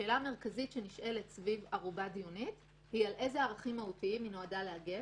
נשאלה השאלה: על איזה ערכים מהותיים היא נועדה להגן,